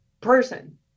person